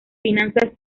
finanzas